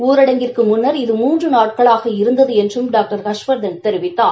ஊரடங்கிற்கு முன்னர் இது மூன்று நாட்களாக இருந்தது என்றும் டாக்டர் ஹர்ஷவர்தன் தெரிவித்தார்